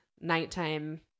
nighttime